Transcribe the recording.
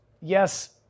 yes